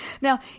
Now